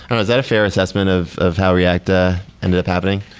and i that a fair assessment of of how react ah ended up happening?